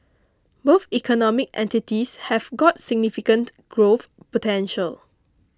both economic entities have got significant growth potential